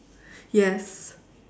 yes